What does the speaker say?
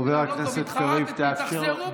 חבר הכנסת קריב, תאפשר.